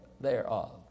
thereof